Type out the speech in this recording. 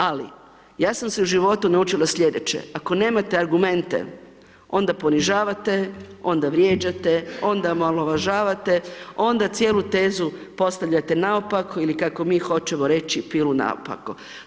Ali, ja sam se u životu naučila sljedeće, ako nemate argumente, onda ponižavate, onda vrijeđate, onda omaložavate, onda cijelu tezu postavljate naopako ili kako mi hoćemo reći, pilu naopako.